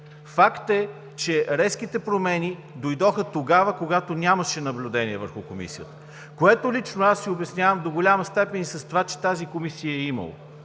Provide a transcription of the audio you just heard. Факт е, че резките промени дойдоха тогава, когато нямаше наблюдение върху Комисията, което лично аз си обяснявам до голяма степен и с това, че тази Комисия я е имало.